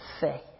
faith